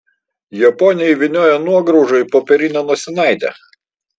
japonė įvynioja nuograužą į popierinę nosinaitę